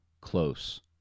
close